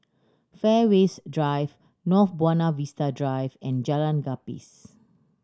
Fairways Drive North Buona Vista Drive and Jalan Gapis